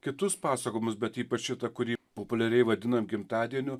kitus pasakojimus bet ypač šitą kurį populiariai vadinam gimtadieniu